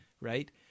Right